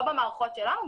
לא במערכות שלנו.